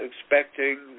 expecting